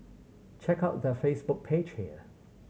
check out their Facebook page here